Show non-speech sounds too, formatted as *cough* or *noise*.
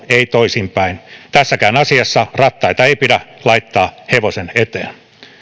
*unintelligible* ei toisinpäin tässäkään asiassa rattaita ei pidä laittaa hevosen eteen